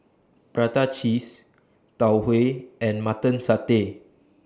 Prata Cheese Tau Huay and Mutton Satay